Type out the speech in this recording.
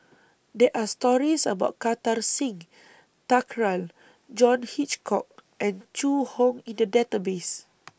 There Are stories about Kartar Singh Thakral John Hitchcock and Zhu Hong in The Database